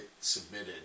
submitted